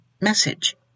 message